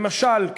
למשל,